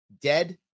dead